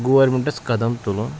گورمٮ۪نٛٹَس قدم تُلُن